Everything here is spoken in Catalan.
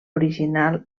original